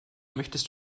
möchtest